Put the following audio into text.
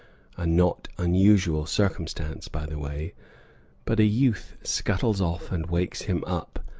a not unusual circumstance, by the way but a youth scuttles off and wakes him up,